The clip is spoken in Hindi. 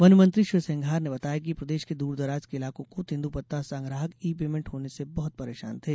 वन मंत्री श्री सिंघार ने बताया कि प्रदेश के दूरदराज के इलाकों के तेंदूपत्ता संग्राहक ई पेंमेंट होने से बहुत परेशान थे